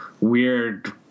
weird